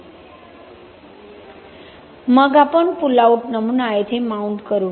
मग आपण pull out नमुना येथे माउंट करू